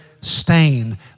stain